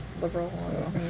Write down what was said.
Liberal